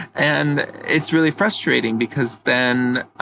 and it's really frustrating because then,